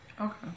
Okay